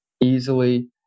easily